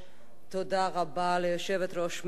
תודה רבה, תודה רבה ליושבת-ראש מרצ